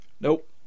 Nope